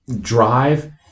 drive